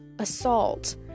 Assault